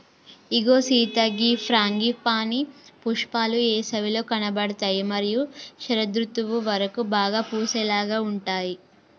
ఇగో సీత గీ ఫ్రాంగిపానీ పుష్పాలు ఏసవిలో కనబడుతాయి మరియు శరదృతువు వరకు బాగా పూసేలాగా ఉంటాయి